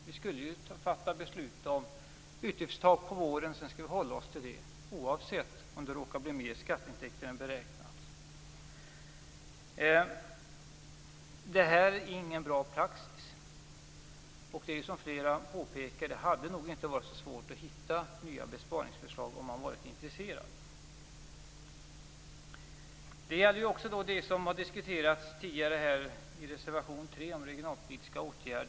Vi skulle ju fatta beslut om utgiftstak på våren och hålla oss till det, oavsett om det råkade bli mer skatteintäkter än beräknat. Det här är ingen bra praxis. Som flera påpekat hade det nog inte varit så svårt att hitta nya besparingsförslag, om man hade varit intresserad. Detta gäller också reservation 3 om regionalpolitiska åtgärder, som har diskuterats tidigare här.